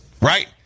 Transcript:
Right